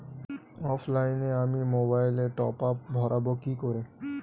অফলাইনে আমি মোবাইলে টপআপ ভরাবো কি করে?